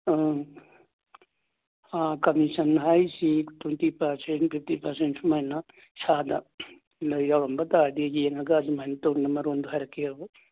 ꯑꯥ ꯑꯥ ꯀꯝꯃꯤꯁꯟ ꯍꯥꯏꯁꯤ twenty percent fifty percent ꯑꯗꯨꯃꯥꯏꯅ ꯑꯥ ꯌꯥꯎꯔꯝꯕ ꯇꯥꯔꯗꯤ ꯌꯦꯡꯂꯒ ꯑꯗꯨꯃꯥꯏꯅ ꯇꯧꯗꯅ ꯃꯔꯣꯜꯗꯨ ꯍꯥꯏꯔꯛꯀꯦ